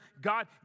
God